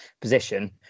position